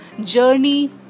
journey